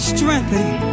Strengthen